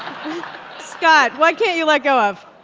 um scott, what can't you let go of?